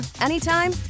anytime